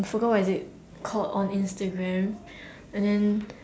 forgot what is it called on Instagram and then